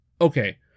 okay